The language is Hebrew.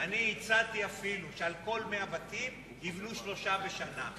אני הצעתי אפילו שעל כל 100 בתים יבנו שלושה בשנה.